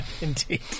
Indeed